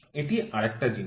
এটা আর একটা জিনিস